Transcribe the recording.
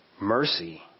mercy